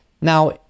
now